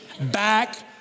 Back